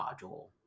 module